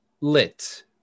lit